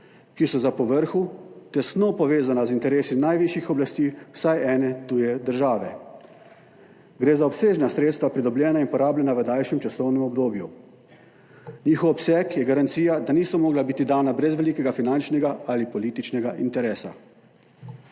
ki so za povrhu tesno povezana z interesi najvišjih oblasti vsaj ene tuje države. Gre za obsežna sredstva, pridobljena in porabljena v daljšem časovnem obdobju. Njihov obseg je garancija, da niso mogla biti dana brez velikega finančnega ali političnega interesa.